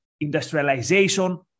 industrialization